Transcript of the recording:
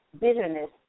bitterness